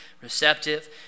receptive